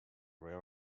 were